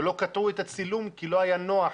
שלא קטעו את הצילום כי לא היה נוח